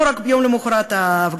לא רק יום למחרת ההפגנה,